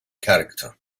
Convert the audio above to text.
character